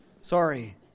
Sorry